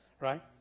right